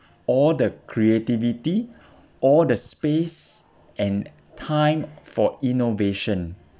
all the creativity all the space and time for innovation